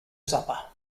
supper